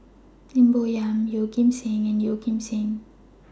Lim Bo Yam Yeoh Ghim Seng and Yeo Kim Seng